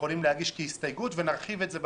יכולים להגיש כהסתייגות, אבל בהמשך נרחיב את זה,